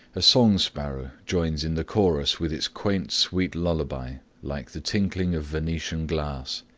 a song sparrow joins in the chorus with his quaint sweet lullaby, like the tinkling of venetian glass,